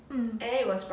mm